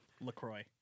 LaCroix